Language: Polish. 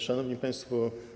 Szanowni Państwo!